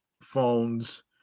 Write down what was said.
phones